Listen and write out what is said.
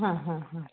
ಹಾಂ ಹಾಂ ಹಾಂ ರೀ